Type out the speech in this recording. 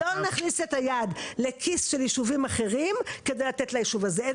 לא נכניס את היד לכיס של ישובים אחרים כדי לתת לישוב הזה.